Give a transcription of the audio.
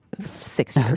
six